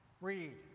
Read